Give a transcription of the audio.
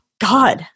God